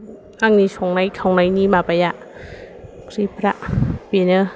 आंनि संनाय खावनायनि माबाया ओंख्रिफ्रा बेनो